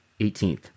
18th